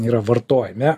yra vartojime